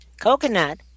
Coconut